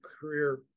career